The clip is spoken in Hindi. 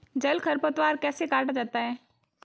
जल खरपतवार कैसे काटा जाता है?